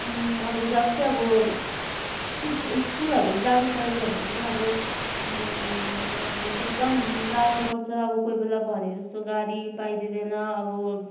अब जस्तै अब स्कुलहरू जानु पऱ्यो भने पनि अब एकदम गाह्रो पर्छ अब कोही बेला भनेजस्तो गाडी पाइदिँदैन अब